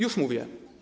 Już mówię.